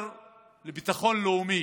והשר לביטחון לאומי,